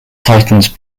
titans